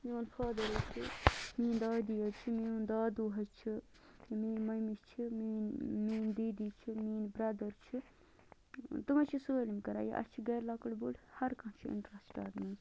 میون فادَر حظ چھِ میٛٲنۍ دادی حظ چھِ میون دادوٗ حظ چھِ میٛٲنۍ مٔمی چھِ میٛٲنۍ دیٖدی چھِ میٛٲنۍ برٛٮ۪دَر چھِ تِم حظ چھِ سٲلِم کران یہِ اَسہِ چھِ گَرِ لۄکٕٹۍ بٔڑ ہر کانٛہہ چھِ انٹرسٹ اَتھ منٛز